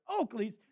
Oakleys